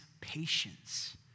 patience